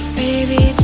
baby